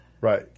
Right